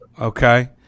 Okay